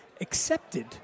accepted